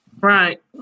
right